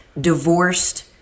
divorced